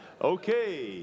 Okay